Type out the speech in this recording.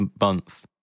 month